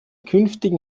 künftigen